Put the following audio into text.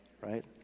right